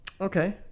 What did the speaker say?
Okay